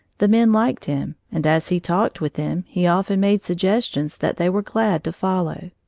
the men liked him, and as he talked with them, he often made suggestions that they were glad to follow.